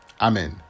amen